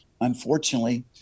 unfortunately